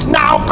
now